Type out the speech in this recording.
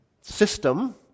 system